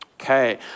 Okay